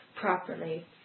properly